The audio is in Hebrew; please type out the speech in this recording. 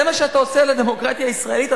זה מה שאתה עושה לדמוקרטיה הישראלית,